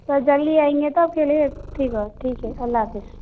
تھوڑا جلدی آئیں گے تو آپ کے لیے ٹھیک ہو ٹھیک ہے اللہ حافظ